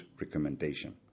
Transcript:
recommendation